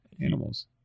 animals